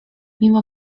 mimo